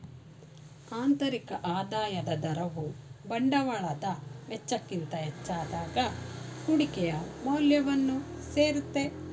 ಆಂತರಿಕ ಆದಾಯದ ದರವು ಬಂಡವಾಳದ ವೆಚ್ಚಕ್ಕಿಂತ ಹೆಚ್ಚಾದಾಗ ಕುಡಿಕೆಯ ಮೌಲ್ಯವನ್ನು ಸೇರುತ್ತೆ